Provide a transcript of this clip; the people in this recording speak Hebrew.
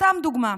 סתם דוגמה.